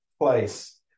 place